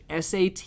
SAT